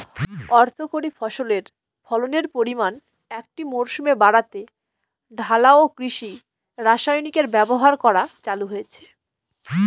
অর্থকরী ফসলের ফলনের পরিমান একটি মরসুমে বাড়াতে ঢালাও কৃষি রাসায়নিকের ব্যবহার করা চালু হয়েছে